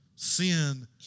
Sin